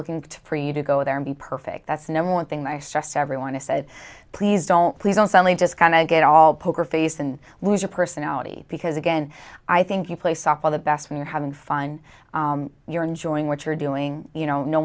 looking for you to go there and be perfect that's number one thing my stress everyone has said please don't please don't family just kind of get all poker face and lose your personality because again i think you play softball the best when you're having fun you're enjoying what you're doing you know no